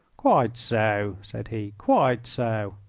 quite so, said he quite so.